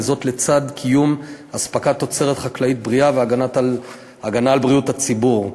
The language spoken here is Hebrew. וזאת לצד קיום אספקת תוצרת חקלאית בריאה והגנה על בריאות הציבור.